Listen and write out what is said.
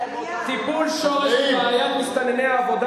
טיפול שורש בבעיית מסתנני העבודה,